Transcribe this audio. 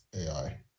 AI